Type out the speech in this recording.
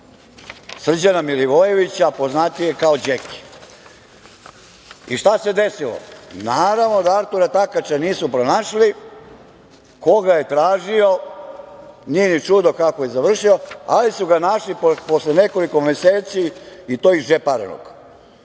Srđana Milivojevića, poznatijeg kao Đeki. Šta se desilo? Naravno da Artura Takača nisu pronašli, ko ga je tražio, nije ni čudo kako je završio, ali su ga našli posle nekoliko meseci i to izdžeparenog.